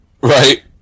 Right